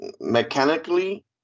mechanically